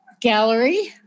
gallery